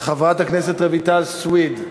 חברת הכנסת רויטל סויד,